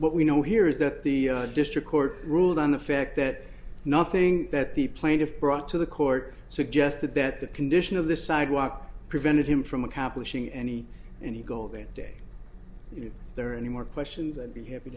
what we know here is that the district court ruled on the fact that nothing that the plaintiff brought to the court suggested that the condition of the sidewalk prevented him from accomplishing any any goal that day you know there are any more questions i'd be happy